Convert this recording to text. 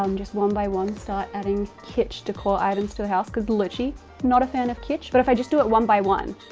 um just one by one, start adding kitsch decor items to the house cause luci not a fan of kitsch but if i just do it one by one,